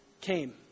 came